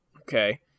Okay